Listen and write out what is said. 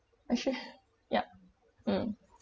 actually yup mm